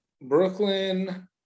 Brooklyn